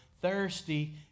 thirsty